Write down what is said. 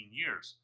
years